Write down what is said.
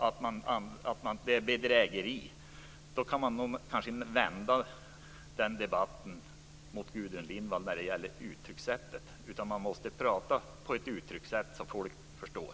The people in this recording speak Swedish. Det är bedrägeri. Man kan nog vända debatten mot Gudrun Lindvall vad gäller uttryckssättet. Man måste prata så att folk förstår.